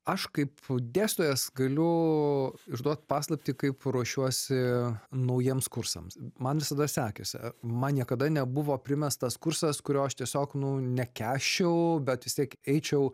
aš kaip dėstytojas galiu išduot paslaptį kaip ruošiuosi naujiems kursams man visada sekėsi man niekada nebuvo primestas kursas kurio aš tiesiog nu nekęsčiau bet vis tiek eičiau